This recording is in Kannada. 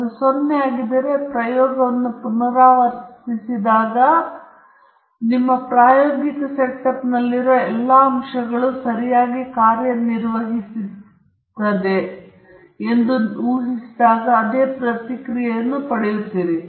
ಅದು 0 ಆಗಿದ್ದರೆ ನೀವು ಪ್ರಯೋಗವನ್ನು ಪುನರಾವರ್ತಿಸಿದಾಗ ಮತ್ತು ನಿಮ್ಮ ಪ್ರಾಯೋಗಿಕ ಸೆಟಪ್ನಲ್ಲಿರುವ ಎಲ್ಲಾ ಅಂಶಗಳು ಸರಿಯಾಗಿ ಕಾರ್ಯನಿರ್ವಹಿಸುತ್ತಿವೆ ಎಂದು ಊಹಿಸಿದಾಗ ನೀವು ಅದೇ ಪ್ರತಿಕ್ರಿಯೆಯನ್ನು ಪಡೆಯುತ್ತೀರಿ